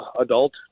adult